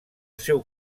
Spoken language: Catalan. seu